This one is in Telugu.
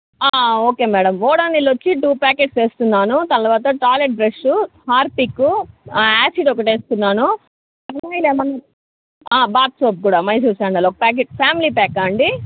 ఓకే మ్యాడం ఒడొనిల్ వచ్చి టూ పాకెట్స్ వేస్తున్నాను తర్వాత టాయిలెట్ బ్రష్ హార్పిక్ యాసిడ్ ఒకటి వేస్తున్నాను బాత్ సోప్ కూడా మైసూర్ శాండిల్ ఒక ప్యాకెట్ ఫామిలీ ప్యాక్ ఆహ్ అండి